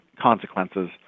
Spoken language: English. consequences